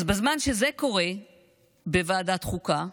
אז בזמן שזה קורה בוועדת החוקה,